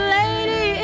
lady